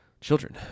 Children